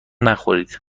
نخورید